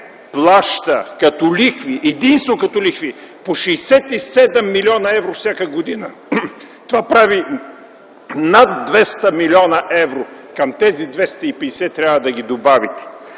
плаща като лихви, единствено като лихви по 67 млн. евро всяка година. Това прави над 200 млн. евро – трябва да ги добавите